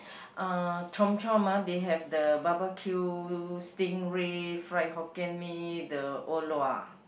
uh Chomp-Chomp uh there have the barbeque stingray fried Hokkien-Mee the Or-Lua